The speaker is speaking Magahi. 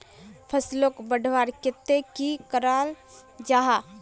फसलोक बढ़वार केते की करा जाहा?